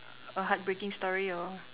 a heartbreaking story or